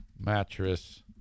Mattress